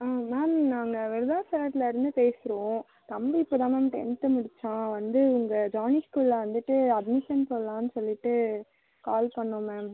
ஆ ma'am நாங்கள் விருதாச்சலத்துலேருந்து பேசுகிறோம் தம்பி இப்போ தான் மேம் டென்த்து முடிச்சான் வந்து உங்கள் ஜானி ஸ்கூலில் வந்துட்டு அட்மிஷன் போடலாம்னு சொல்லிட்டு கால் பண்ணோம் மேம்